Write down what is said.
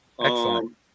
Excellent